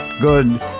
good